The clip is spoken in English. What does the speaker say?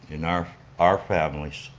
in our our families,